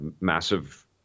massive